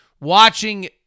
watching